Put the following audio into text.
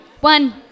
one